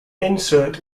insert